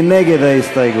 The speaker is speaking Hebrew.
מי נגד ההסתייגות?